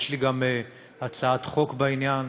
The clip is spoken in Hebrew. יש לי גם הצעת חוק בעניין.